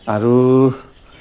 আৰু